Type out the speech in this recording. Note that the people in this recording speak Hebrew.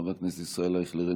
חבר הכנסת ישראל אייכלר,